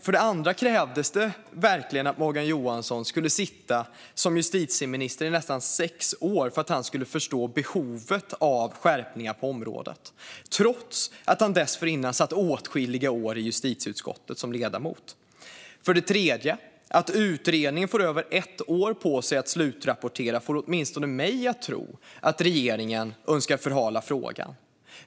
För det andra: Krävdes det verkligen att Morgan Johansson skulle sitta som justitieminister i nästan sex år för att han skulle förstå behovet av skärpningar på området, trots att han dessförinnan satt åtskilliga år som ledamot i justitieutskottet? För det tredje: Att utredningen får över ett år på sig att slutrapportera får åtminstone mig att tro att regeringen önskar förhala frågan.